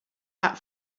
that